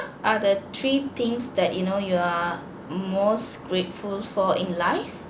are the three things that you know you are most grateful for in life